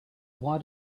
why